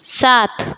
साथ